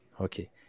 Okay